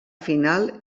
final